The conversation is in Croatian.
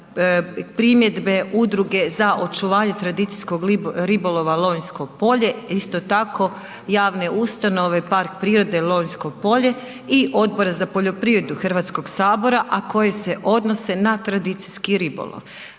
primjedbe Udruge za očuvanje tradicijskog ribolova Lonjsko polje isto tako javne ustanove Park prirode Lonjsko polje i Odbora za poljoprivredu Hrvatskog sabora, a koje se odnose na tradicijski ribolov.